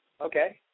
Okay